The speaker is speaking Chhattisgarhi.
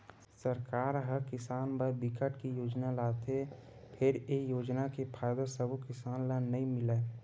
सरकार ह किसान बर बिकट के योजना लाथे फेर ए योजना के फायदा सब्बो किसान ल नइ मिलय